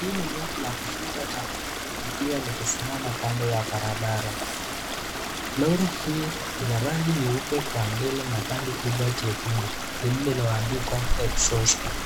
Hii ni lori la kuvuta taka likiwa limesimama kando ya barabara. Lori hii ina rangi nyeupe kwa mbele na tangi kubwa jekundu lililoandikwa exhauster .